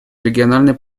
региональные